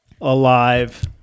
alive